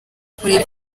kureba